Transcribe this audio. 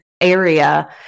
area